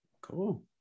Cool